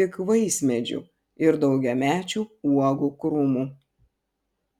tik vaismedžių ir daugiamečių uogų krūmų